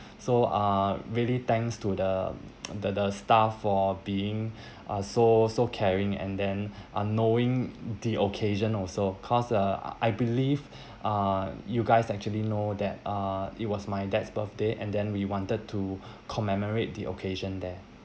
so uh really thanks to the the the staff for being uh so so caring and then uh knowing the occasion also cause uh I believe uh you guys actually know that uh it was my dad's birthday and then we wanted to commemorate the occasion there